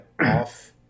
off